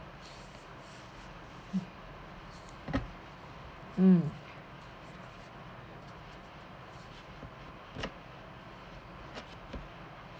mm